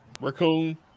Raccoon